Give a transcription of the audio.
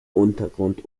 untergrund